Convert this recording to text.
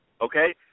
Okay